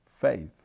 faith